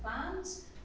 plans